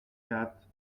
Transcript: quatre